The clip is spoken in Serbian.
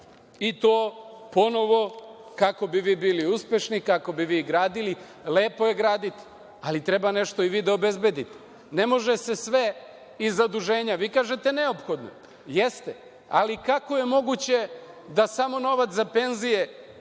i to ponovo kako bi vi bili uspešni, kako bi vi gradili. Lepo je graditi, ali treba nešto i vi da obezbediti. Ne može se sve iz zaduženja. Vi kažete – neophodno je. Jeste, ali kako je moguće da samo novac za penzije,